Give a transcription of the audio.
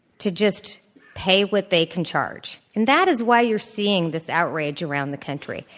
to just pay what they can charge. and that is why you're seeing this outrage around the country.